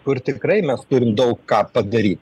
kur tikrai mes turim daug ką padary